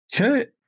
Okay